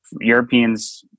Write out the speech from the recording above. Europeans